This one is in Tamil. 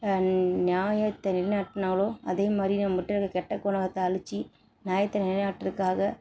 ஞாயத்தை நிலை நாட்டினாங்களோ அதே மாதிரி நம்மட்ட இருக்க கெட்ட குணத்தை அழித்து ஞாயத்தை நிலைநாட்றதுக்காக